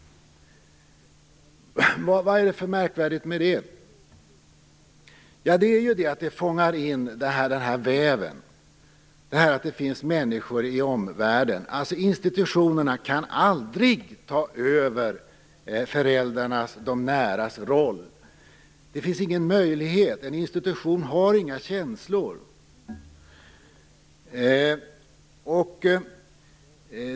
Vad är det för märkvärdigt med dem? Jo, de fångar in väven, dvs. människorna i omvärlden. Institutionerna kan aldrig ta över föräldrarnas och de näras roll. Det finns ingen möjlighet. En institution har inga känslor.